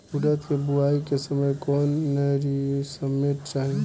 उरद के बुआई के समय कौन नौरिश्मेंट चाही?